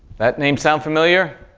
that name sound familiar?